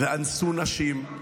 אנסו נשים,